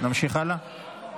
נמשיך הלאה.